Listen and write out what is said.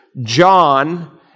John